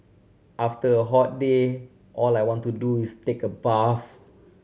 after a hot day all I want to do is take a bath